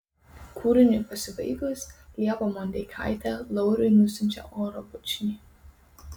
kūriniui pasibaigus liepa mondeikaitė lauriui nusiunčia oro bučinį